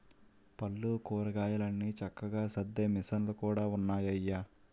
పళ్ళు, కూరగాయలన్ని చక్కగా సద్దే మిసన్లు కూడా ఉన్నాయయ్య